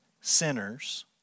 sinners